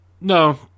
No